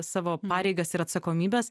savo pareigas ir atsakomybes